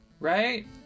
Right